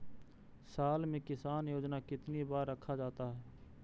साल में किसान योजना कितनी बार रखा जाता है?